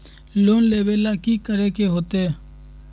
Loan लेवेला की करेके होतई?